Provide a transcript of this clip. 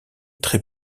très